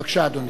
בבקשה, אדוני.